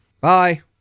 Bye